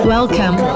Welcome